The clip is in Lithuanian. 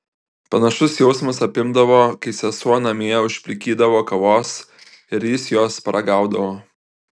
panašus jausmas apimdavo kai sesuo namie užplikydavo kavos ir jis jos paragaudavo